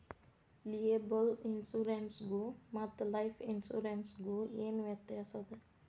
Liable insurance ಗು ಮತ್ತ life insurance ಗು ಏನ್ ವ್ಯಾತ್ಯಾಸದ?